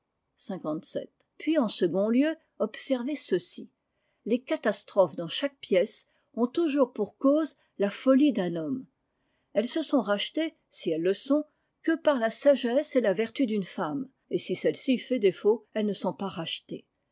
puis en second lieu observez ceci les catastrophes j dans chaque pièce ont toujours pour cause la folie d'un homme elles ne sont rachetées si elles le sont que par la sagesse et la vertu d'une femme et si celle-ci fait défaut elles ne sont pas rachetées